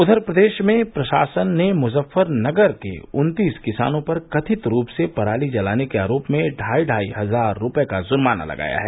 उधर प्रदेश में प्रशासन ने मुजफ्फरनगर के उत्तीस किसानों पर कथित रूप से पराली जलाने के आरोप में ढाई ढाई हजार रूपये का जुर्माना लगाया है